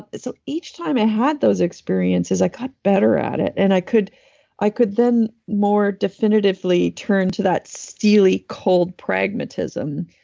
so, each time i had those experiences i got better at it. and i could i could then more definitively turn to that steely, cold pragmatism.